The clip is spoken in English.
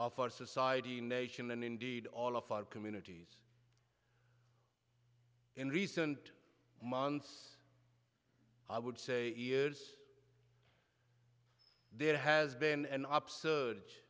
of our society nation and indeed all of our communities in recent months i would say years there has been an upsurge